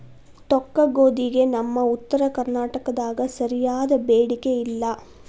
ತೊಕ್ಕಗೋಧಿಗೆ ನಮ್ಮ ಉತ್ತರ ಕರ್ನಾಟಕದಾಗ ಸರಿಯಾದ ಬೇಡಿಕೆ ಇಲ್ಲಾ